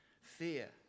fear